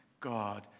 God